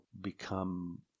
become